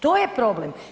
To je problem.